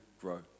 grow